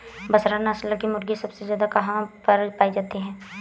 बसरा नस्ल की मुर्गी सबसे ज्यादा कहाँ पर पाई जाती है?